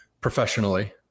professionally